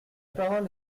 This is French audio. parole